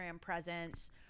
presence